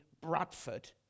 Bradford